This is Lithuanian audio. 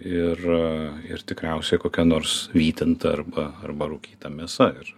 ir ir tikriausiai kokia nors vytinta arba arba rūkyta mėsa ir